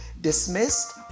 dismissed